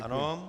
Ano.